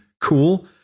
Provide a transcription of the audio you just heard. cool